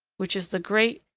which is the great,